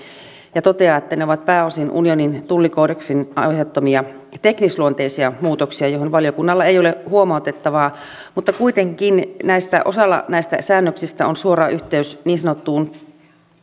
ja toteaa että ne ovat pääosin unionin tullikoodeksin aiheuttamia teknisluonteisia muutoksia joihin valiokunnalla ei ole huomautettavaa mutta kuitenkin osalla näistä säännöksistä on suora yhteys niin sanotun